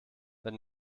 wenn